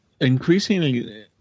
Increasingly